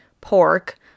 pork